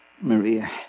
Maria